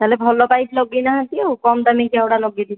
ତାହେଲେ ଭଲ ପାଇପ୍ ଲଗାଇନାହାନ୍ତି ଆଉ କମ୍ ଦାମିକିଆ ଗୁଡ଼ା ଲଗାଇ ଦେଇଥିବେ